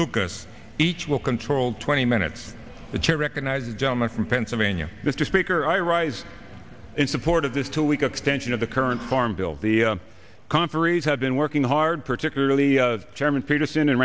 lucas each will control twenty minutes the chair recognizes the gentleman from pennsylvania mr speaker i rise in support of this two week extension of the current farm bill the conferees have been working hard particular chairman peterson and